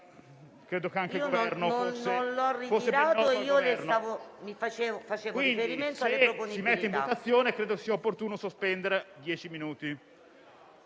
Io non l'ho ritirato e facevo riferimento alla proponibilità.